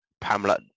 pamela